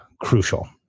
crucial